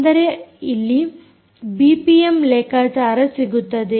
ಅಂದರೆ ಇಲ್ಲಿ ಬಿಪಿಎಮ್ ಲೆಕ್ಕಾಚಾರ ಸಿಗುತ್ತದೆ